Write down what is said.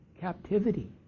captivity